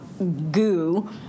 goo